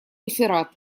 реферат